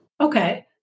Okay